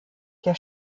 der